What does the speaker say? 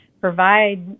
provide